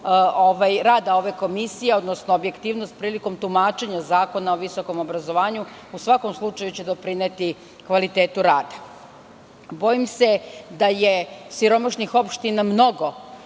rada ove komisije, odnosno objektivnost prilikom tumačenja Zakona o visokom obrazovanju, u svakom slučaju će doprineti kvalitetu rada. Bojim se da je siromašnih opština mnogo,